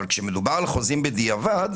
אבל כשמדובר על חוזים בדיעבד,